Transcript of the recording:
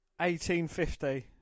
1850